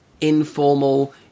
informal